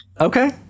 okay